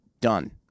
done